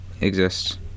exists